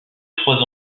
trois